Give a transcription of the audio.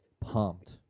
pumped